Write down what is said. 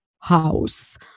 house